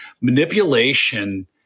Manipulation